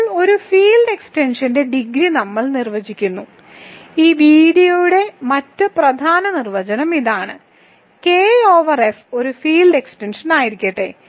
ഇപ്പോൾ ഒരു ഫീൽഡ് എക്സ്റ്റൻഷൻന്റെ ഡിഗ്രി നമ്മൾ നിർവചിക്കുന്നു ഈ വീഡിയോയുടെ മറ്റ് പ്രധാന നിർവചനം ഇതാണ് K ഓവർ F ഒരു ഫീൽഡ് എക്സ്റ്റൻഷനായിരിക്കട്ടെ